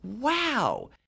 wow